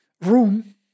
room